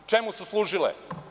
Čemu su služile?